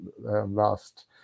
last